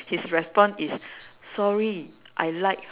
his response is sorry I like her